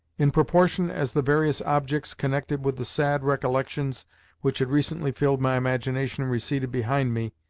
in proportion as the various objects connected with the sad recollections which had recently filled my imagination receded behind me,